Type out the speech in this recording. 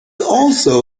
also